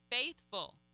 faithful